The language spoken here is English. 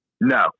No